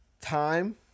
time